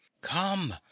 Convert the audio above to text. Come